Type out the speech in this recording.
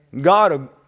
God